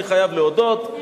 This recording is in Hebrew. אני חייב להודות,